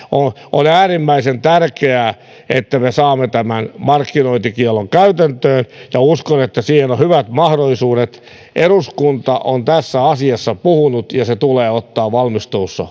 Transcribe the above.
on äärimmäisen tärkeää että me saamme tämän markkinointikiellon käytäntöön ja uskon että siihen on hyvät mahdollisuudet eduskunta on tässä asiassa puhunut ja se tulee ottaa valmistelussa